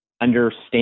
understand